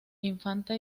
infanta